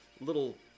little